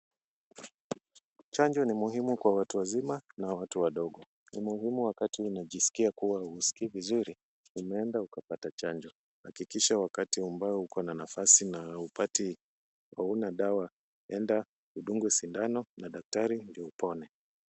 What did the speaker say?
Chanjo ni muhimu kwa watu wazima na watu wadogo. Ni muhimu wakati unajiskia kuwa huskii vizuri, umeenda ukapata chanjo. Hakikisha wakati ambao ukona nafasi na huna dawa, enda udungwe sindano na daktari ndio upone.